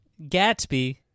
Gatsby